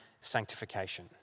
sanctification